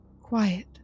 quiet